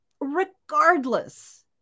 regardless